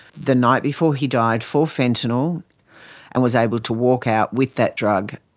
the night before he died for fentanyl and was able to walk out with that drug.